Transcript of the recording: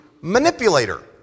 manipulator